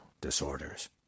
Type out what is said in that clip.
disorders